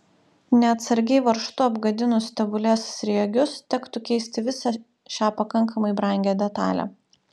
neatsargiai varžtu apgadinus stebulės sriegius tektų keisti visą šią pakankamai brangią detalę